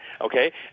okay